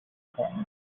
coins